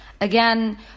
again